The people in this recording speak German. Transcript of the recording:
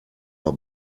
mal